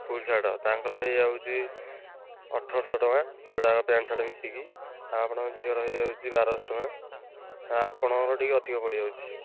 ଫୁଲ୍ shirt ତାଙ୍କର ହୋଇଯାଉଛି ଅଠର ଶହ ଟଙ୍କା ଯୋଡ଼ାକ ପ୍ୟାଣ୍ଟ୍ ସାର୍ଟ ମିଶିକି ଆଉ ଆପଣଙ୍କ ଝିଅର ହୋଇଯାଉଛି ବାରଶହ ଟଙ୍କା ଆଉ ଆପଣଙ୍କର ଟିକିଏ ଅଧିକ ପଡ଼ିଯାଉଛି